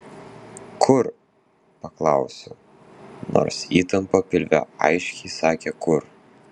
kur paklausiau nors įtampa pilve aiškiai sakė kur